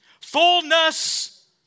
Fullness